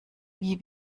wie